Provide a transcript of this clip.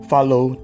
Follow